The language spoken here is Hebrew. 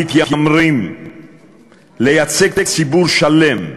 המתיימרים לייצג ציבור שלם,